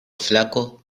flaco